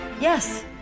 Yes